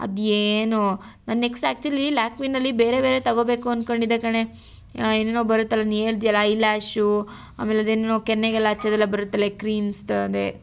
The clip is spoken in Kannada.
ಅದು ಏನೋ ನಾನು ನೆಕ್ಸ್ಟ್ ಆ್ಯಕ್ಚುಲಿ ಲ್ಯಾಕ್ಮಿನಲ್ಲಿ ಬೇರೆ ಬೇರೆ ತಗೋಬೇಕು ಅಂದ್ಕೊಂಡಿದ್ದೆ ಕಣೇ ಏನೇನೋ ಬರುತ್ತಲ್ಲ ನೀ ಹೇಳ್ತಿಯಲ ಐ ಲ್ಯಾಶು ಆಮೇಲೆ ಅದೇನೇನೋ ಕೆನ್ನೆಗೆಲ್ಲ ಹಚ್ಚೋದೆಲ್ಲ ಬರುತ್ತಲ್ಲ ಕ್ರಿಮ್ಸ್ದು ಅದೇ